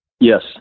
Yes